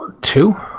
Two